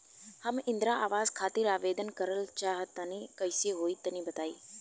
हम इंद्रा आवास खातिर आवेदन करल चाह तनि कइसे होई तनि बताई?